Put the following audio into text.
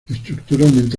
estructuralmente